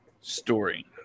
Story